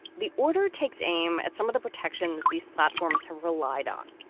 the order takes aim at some of the protections these platforms have relied on,